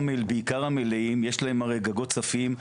יש להם גגות צפים,